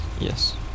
Yes